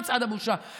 מצעד הבושה, מצעד הבושה?